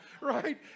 right